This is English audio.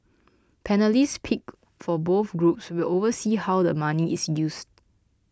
panellist picked for both groups will oversee how the money is used